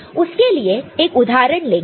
तो उसके लिए एक उदाहरण लेंगे